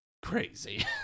Crazy